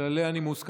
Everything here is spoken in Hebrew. כללי הנימוס כאן.